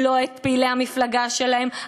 לא את פעילי המפלגה שלהם,